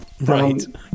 right